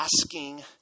asking